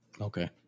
Okay